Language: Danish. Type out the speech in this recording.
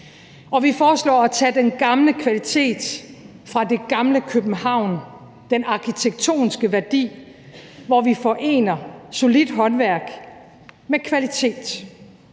Vi foreslår at tage den gamle kvalitet fra det gamle København – den arkitektoniske værdi, hvor vi forener solidt håndværk med kvalitet.